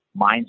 mindset